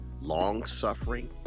long-suffering